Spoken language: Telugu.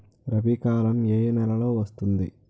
రబీ కాలం ఏ ఏ నెలలో వస్తుంది?